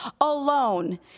alone